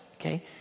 okay